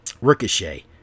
Ricochet